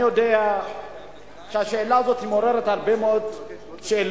אני יודע שהשאלה הזאת מעוררת הרבה מאוד שאלות.